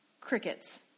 Crickets